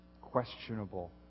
questionable